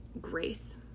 grace